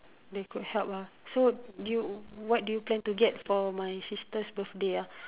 that could help lah so do you what do you plan to get for my sister's birthday ah